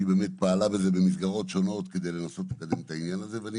שהיא באמת פעלה בזה במסגרות שונות כדי לנסות לקדם את העניין הזה ואני